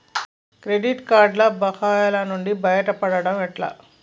Credit కార్డుల బకాయిల నుండి బయటపడటం ఎట్లా?